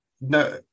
no